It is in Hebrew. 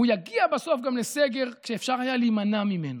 והוא יגיע בסוף גם לסגר כשאפשר היה להימנע ממנו.